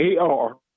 AR